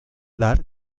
dar